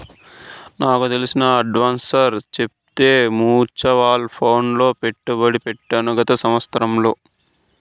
నాకు తెలిసిన అడ్వైసర్ చెప్తే మూచువాల్ ఫండ్ లో పెట్టుబడి పెట్టాను గత సంవత్సరంలో